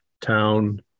town